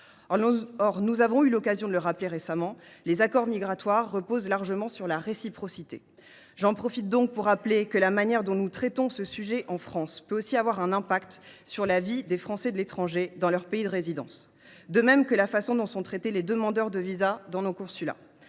nous avons eu l’occasion de le rappeler récemment, les accords migratoires reposent largement sur la réciprocité. J’en profite donc pour rappeler que la manière dont nous traitons le sujet en France peut aussi avoir des répercussions sur la vie des Français de l’étranger dans leur pays de résidence. C’est vrai aussi de la manière dont sont traités les demandeurs de visas dans nos consulats